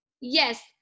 yes